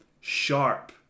sharp